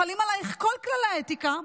חלים עלייך כל כללי האתיקה.